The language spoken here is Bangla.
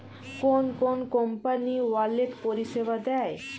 কোন কোন কোম্পানি ওয়ালেট পরিষেবা দেয়?